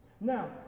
Now